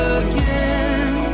again